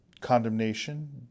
condemnation